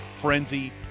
frenzy